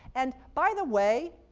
and by the way,